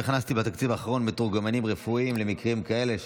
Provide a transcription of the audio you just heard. הכנסתי לתקציב האחרון מתורגמנים רפואיים למקרים כאלה,